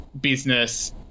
business